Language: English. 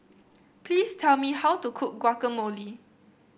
please tell me how to cook Guacamole